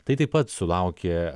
tai taip pat sulaukė